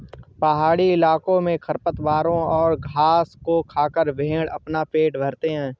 पहाड़ी इलाकों में खरपतवारों और घास को खाकर भेंड़ अपना पेट भरते हैं